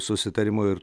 susitarimo ir